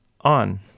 on